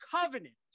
covenant